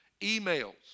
emails